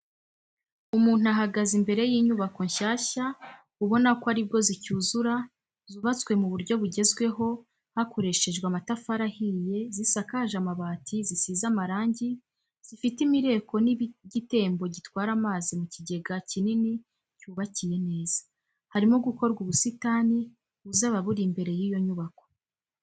Umuntu ahagaze imbere y'inyubako nshyashya ubona ko aribwo zicyuzura zubatswe mu buryo bugezweho hakoreshejwe amatafari ahiye zisakaje amabati, zisize amarangi, zifite imireko n'igitembo gitwara amazi mu kigega kinini cyubakiye neza, harimo gukorwa ubusitani buzaba buri imbere y'iyo nyubako.